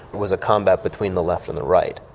was a combat between the left and the right,